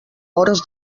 hores